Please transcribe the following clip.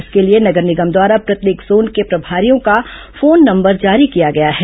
इसके लिए नगर निगम द्वारा प्रत्येक जोन के प्रभारियों का फोन नंबर जारी किया गया है